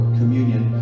communion